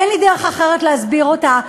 אין לי דרך אחרת להסביר את זה,